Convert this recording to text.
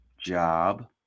job